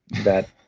that